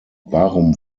warum